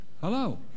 Hello